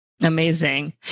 Amazing